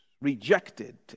rejected